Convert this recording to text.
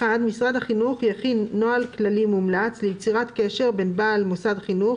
(1) משרד החינוך יכין נוהל כללי מומלץ ליצירת קשר בין בעל מוסד חינוך